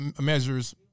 measures